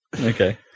okay